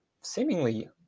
seemingly